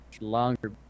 longer